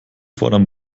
fordern